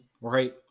right